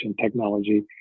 technology